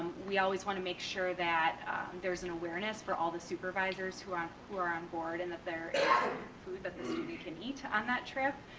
we always wanna make sure that there's an awareness for all the supervisors who are who are on board and that there is food that the student can eat on that trip.